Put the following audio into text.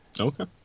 Okay